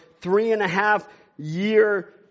three-and-a-half-year